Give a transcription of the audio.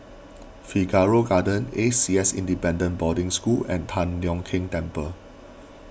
Figaro Gardens A C S Independent Boarding School and Tian Leong Keng Temple